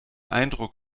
eindruck